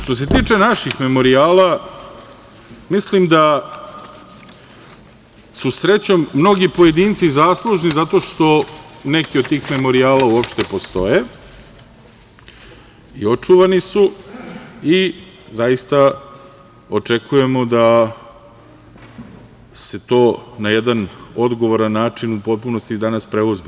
Što se tiče naših memorijala mislim da su, srećom, mnogi pojedinci zaslužni zato što neki od tih memorijala uopšte postoje, očuvani su i zaista očekujemo da se to na jedan odgovoran način u potpunosti danas preuzme.